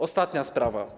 Ostatnia sprawa.